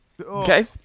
Okay